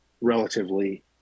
relatively